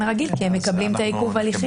רגיל כי הם מקבלים את עיכוב ההליכים.